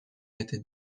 était